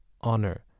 honor